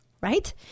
right